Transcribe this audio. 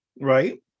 right